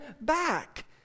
back